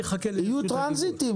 יהיו טרנזיטים.